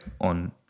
on